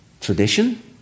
Tradition